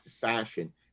fashion